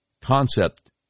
concept